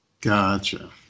gotcha